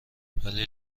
ولی